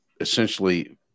essentially